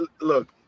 look